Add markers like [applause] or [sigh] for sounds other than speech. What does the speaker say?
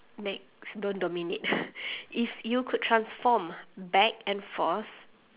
next don't dominate [breath] if you could transform back and forth